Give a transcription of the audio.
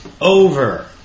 over